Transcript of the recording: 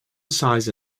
size